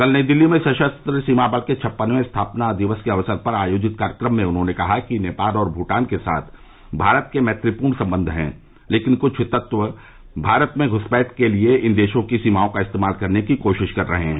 कल नई दिल्ली में सशस्त्र सीमा बल के छप्पनवें स्थापना दिवस के अवसर पर आयोजित कार्यक्रम में उन्होंने कहा कि नेपाल और भूटान के साथ भारत के मैत्रीपूर्ण सम्बन्ध हैं लेकिन क्छ तत्व भारत में घ्सपैठ के लिए इन देशों की सीमाओं का इस्तेमाल करने की कोशिश कर रहे हैं